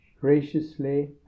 graciously